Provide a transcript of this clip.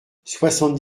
soixante